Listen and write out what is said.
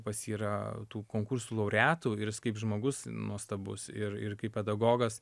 pas jį yra tų konkursų laureatų ir jis kaip žmogus nuostabus ir ir kaip pedagogas